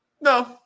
No